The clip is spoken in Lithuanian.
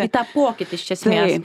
į tą pokytį iš esmės